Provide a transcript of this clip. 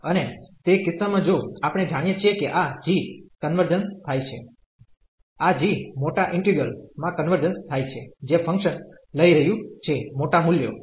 અને તે કિસ્સામાં જો આપણે જાણીયે છીએ કે આ g કન્વર્જન્સ થાય છે આ g મોટા ઈન્ટિગ્રલ માં કન્વર્જન્સ થાય છે જે ફંકશન લઈ રહ્યું છે મોટા મૂલ્યો લે છે